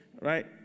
right